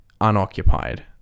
unoccupied